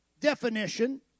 definition